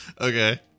Okay